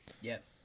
Yes